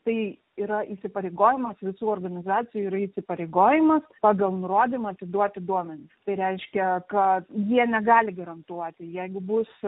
tai yra įsipareigojimas visų organizacijų yra įsipareigojimas pagal nurodymą atiduoti duomenis tai reiškia kad jie negali garantuoti jeigu bus